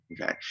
Okay